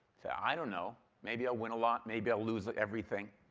so i don't know, maybe i'll win a lot. maybe i'll lose everything.